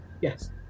Yes